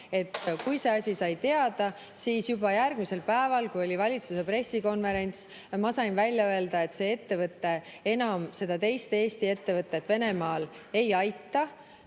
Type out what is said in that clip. kui see asi sai teatavaks, siis juba järgmisel päeval, kui oli valitsuse pressikonverents, ma sain välja öelda, et see ettevõte enam seda teist Eesti ettevõtet Venemaal ei aita.